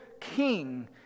king